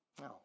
No